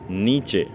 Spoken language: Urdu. نیچے